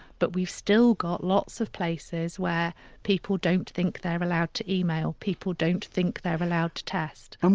but we've still got lots of places where people don't think they're allowed to email, people don't think they're allowed to test, um